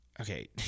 Okay